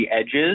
edges